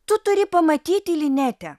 tu turi pamatyti linetę